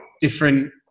different